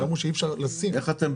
שאמרו שאי אפשר לשים די מצלמות.